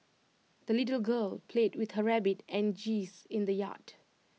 the little girl played with her rabbit and geese in the yard